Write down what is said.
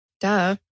duh